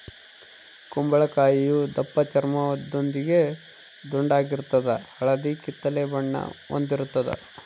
ಕುಂಬಳಕಾಯಿಯು ದಪ್ಪಚರ್ಮದೊಂದಿಗೆ ದುಂಡಾಗಿರ್ತದ ಹಳದಿ ಕಿತ್ತಳೆ ಬಣ್ಣ ಹೊಂದಿರುತದ